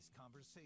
conversation